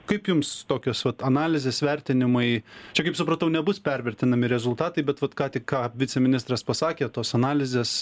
kaip jums tokios vat analizės vertinimai čia kaip supratau nebus pervertinami rezultatai bet vat ką tik ką viceministras pasakė tos analizės